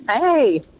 Hey